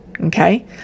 Okay